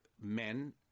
men